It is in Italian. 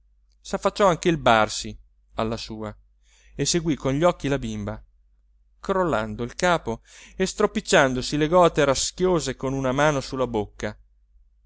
bestia s'affacciò anche il barsi alla sua e seguì con gli occhi la bimba crollando il capo e stropicciandosi le gote raschiose con una mano sulla bocca